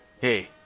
hey